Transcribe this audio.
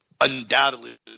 undoubtedly